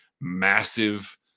massive